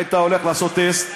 היית הולך לעשות טסט,